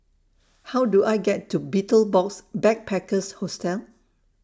How Do I get to Betel Box Backpackers Hostel